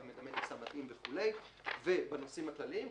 מדמים טיסה וכו' ובנושאים הכלליים,